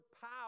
power